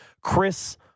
Chris